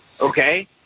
okay